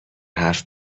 حرف